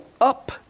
up